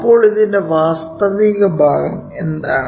അപ്പോൾ ഇതിന്റെ വാസ്തവിക ഭാഗം എന്താണ്